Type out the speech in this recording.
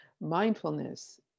mindfulness